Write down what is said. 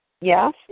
Yes